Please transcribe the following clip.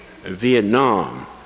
Vietnam